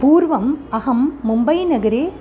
पूर्वम् अहं मुम्बईनगरे